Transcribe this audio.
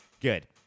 Good